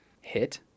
hit